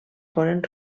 foren